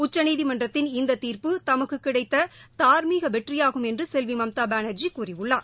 உச்சநீதிமன்றத்தின் இந்த தீர்ப்பு தமக்குக் கிடைத்த தார்மீக வெற்றியாகும் என்று செல்வி மம்தா பானர்ஜி கூறியுள்ளார்